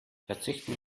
verzichten